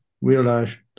realized